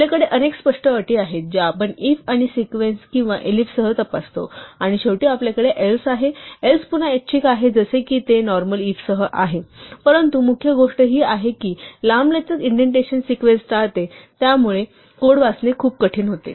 आपल्याकडे अनेक स्पष्ट अटी आहेत ज्या आपण if आणि सिक्वेन्स किंवा elifs सह तपासतो आणि शेवटी आपल्याकडे else आहे else पुन्हा ऐच्छिक आहे जसे की ते नॉर्मल इफसह आहे परंतु मुख्य गोष्ट ही आहे की हे लांबलचक इंडेंटेशन सिक्वेन्स टळते ज्यामुळे कोड वाचणे खूप कठीण होते